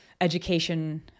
education